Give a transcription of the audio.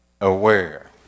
aware